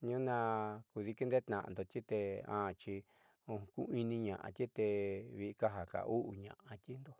tniuuna kuudiikiindeetnaando te axi kuiniñaáti te viika ja kau'uñaati kunda.